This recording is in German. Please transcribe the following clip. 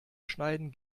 schneiden